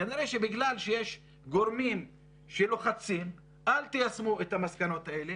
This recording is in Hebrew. כנראה בגלל שיש גורמים שלוחצים שלא ליישם את המסקנות האלה